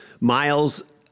Miles